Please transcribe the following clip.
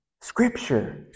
scripture